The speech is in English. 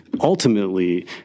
ultimately